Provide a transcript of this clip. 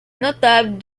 notables